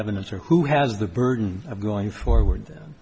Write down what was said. evidence or who has the burden of going forward